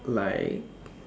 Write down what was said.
like